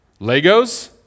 Legos